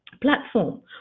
platform